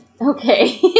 Okay